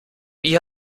wie